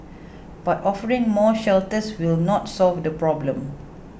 but offering more shelters will not solve the problem